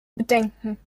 bedenken